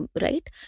right